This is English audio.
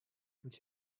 which